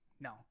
No